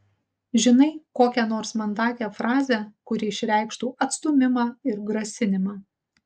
žinai kokią nors mandagią frazę kuri išreikštų atstūmimą ir grasinimą